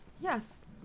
Yes